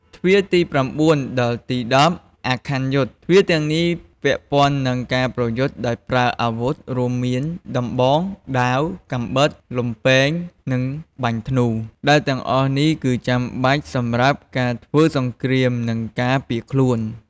ទ្វារទី៩ ដល់ទី១០ អាខ័នយុទ្ធ ទ្វារទាំងនេះពាក់ព័ន្ធនឹង ការប្រយុទ្ធដោយប្រើអាវុធ រួមមាន ដំបង ដាវ កាំបិត លំពែង និងបាញ់ធ្នូ ដែលទាំងអស់នេះគឺចាំបាច់សម្រាប់ការធ្វើសង្គ្រាមនិងការពារខ្លួន។